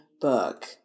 book